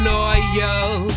oil